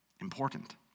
important